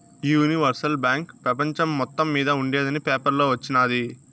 ఈ universal bank పెపంచం మొత్తం మింద ఉండేందని పేపర్లో వచిన్నాది